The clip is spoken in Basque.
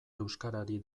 euskarari